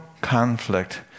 conflict